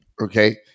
Okay